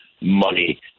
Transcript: money